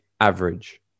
average